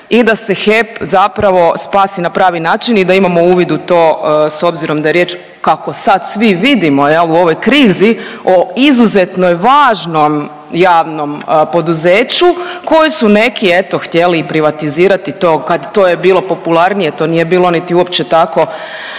i da se HEP zapravo spasi na pravi način i da imamo uvid u to s obzirom da je riječ kako sad svi vidimo jel u ovoj krizi o izuzetno važnom javnom poduzeću koje su neki eto htjeli i privatizirati i to kad to je bilo popularnije, to nije bilo niti uopće tako